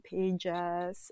Pages